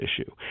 issue